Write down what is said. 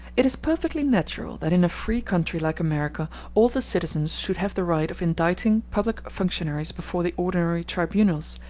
it is perfectly natural that in a free country like america all the citizens should have the right of indicting public functionaries before the ordinary tribunals,